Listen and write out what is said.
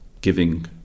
giving